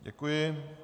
Děkuji.